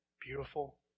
beautiful